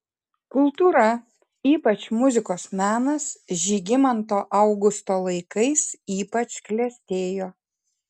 kultūra ypač muzikos menas žygimanto augusto laikais ypač klestėjo